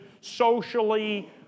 socially